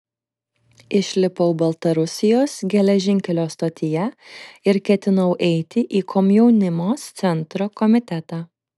išlipau baltarusijos geležinkelio stotyje ir ketinau eiti į komjaunimo centro komitetą